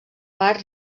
part